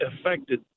affected